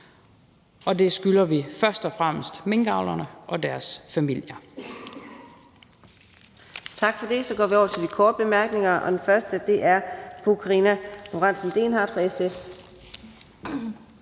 og det skylder vi først og fremmest minkavlerne og deres familier.